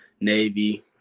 Navy